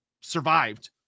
survived